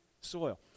soil